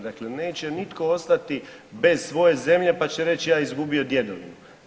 Dakle, neće nitko ostati bez svoje zemlje pa će reć ja izgubio djedovinu.